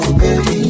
baby